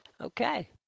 Okay